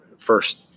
first